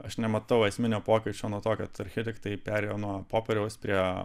aš nematau esminio pokyčio nuo to kad architektai perėjo nuo popieriaus prie